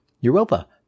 Europa